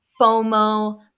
fomo